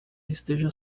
esteja